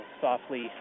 softly